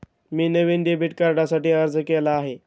मी नवीन डेबिट कार्डसाठी अर्ज केला आहे